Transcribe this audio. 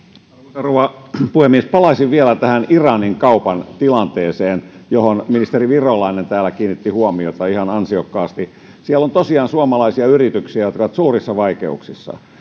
rouva puhemies palaisin vielä tähän iranin kaupan tilanteeseen johon ministeri virolainen täällä kiinnitti huomiota ihan ansiokkaasti siellä on tosiaan suomalaisia yrityksiä jotka ovat suurissa vaikeuksissa